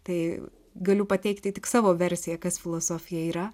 tai galiu pateikti tik savo versiją kas filosofija yra